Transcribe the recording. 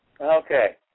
Okay